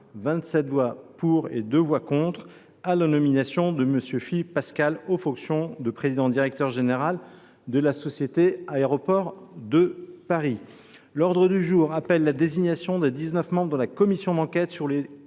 voix pour et deux voix contre, sur la nomination de M. Philippe Pascal aux fonctions de président directeur général de la société Aéroports de Paris. L’ordre du jour appelle la désignation des dix neuf membres de la commission d’enquête sur les